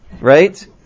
right